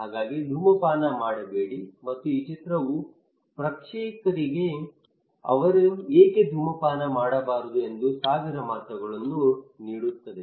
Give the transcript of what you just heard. ಹಾಗಾಗಿ ಧೂಮಪಾನ ಮಾಡಬೇಡಿ ಮತ್ತು ಈ ಚಿತ್ರವು ಪ್ರೇಕ್ಷಕರಿಗೆ ಅವರು ಏಕೆ ಧೂಮಪಾನ ಮಾಡಬಾರದು ಎಂದು ಸಾವಿರ ಮಾತುಗಳನ್ನು ನೀಡುತ್ತದೆ